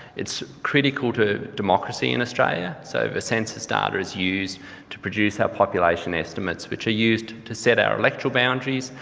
it's critical to democracy in australia. so, the census data is used to produce our population estimates which are used to set our electoral boundaries,